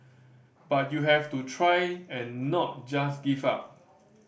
but you have to try and not just give up